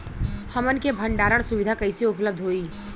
हमन के भंडारण सुविधा कइसे उपलब्ध होई?